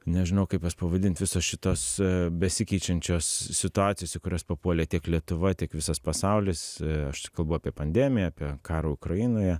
nežinau kaip jas pavadint visos šitos besikeičiančios situacijos į kurias papuolė tiek lietuva tiek visas pasaulis aš čia kalbu apie pandemiją apie karą ukrainoje